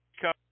come